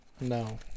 no